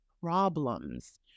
problems